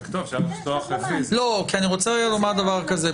אני רוצה לומר דבר כזה,